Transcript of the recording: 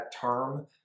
term